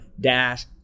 dash